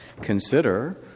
consider